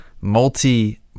Multi